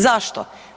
Zašto?